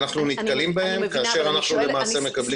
אנחנו נתקלים בהם כאשר אנחנו למעשה מקבלים